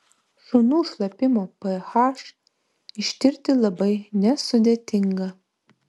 šunų šlapimo ph ištirti labai nesudėtinga